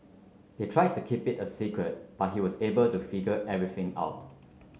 they tried to keep it a secret but he was able to figure everything out